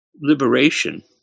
liberation